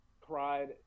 cried